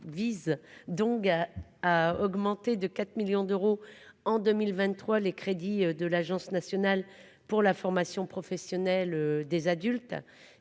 vice-vise donc à augmenter de 4 millions d'euros en 2023, les crédits de l'Agence nationale pour la formation professionnelle des adultes,